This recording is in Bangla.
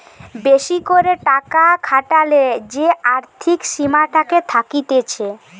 বেশি করে টাকা খাটালে যে আর্থিক সীমাটা থাকতিছে